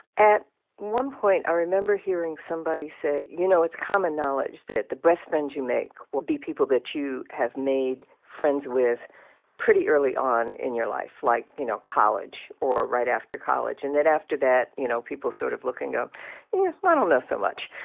at one point, i remember hearing somebody say, you know, it's common knowledge that the best friends you make will be people that you have made friends with pretty early on in your life, like, you know, college or right after college and that after that, you know, people sort of look ah yeah but know so much.